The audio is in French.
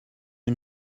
une